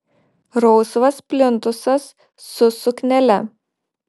rausvas plintusas su suknele